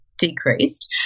decreased